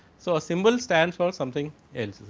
so, a symbol stand for something else.